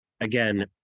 again